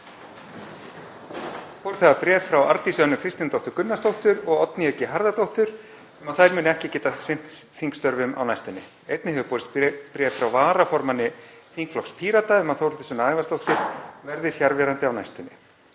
Borist hafa bréf frá Arndísi Önnu Kristínardóttur Gunnarsdóttur og Oddnýju G. Harðardóttur um að þær muni ekki geta sinnt þingstörfum á næstunni. Einnig hefur borist bréf frá varaformanni þingflokks Pírata um að Þórhildur Sunna Ævarsdóttir verði fjarverandi á næstunni.